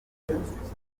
abahungu